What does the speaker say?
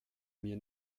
mir